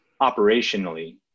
operationally